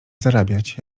zarabiać